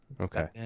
Okay